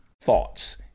thoughts